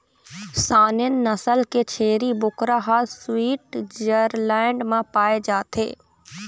Saanen नसल के छेरी बोकरा ह स्वीटजरलैंड म पाए जाथे